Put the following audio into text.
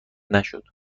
نشد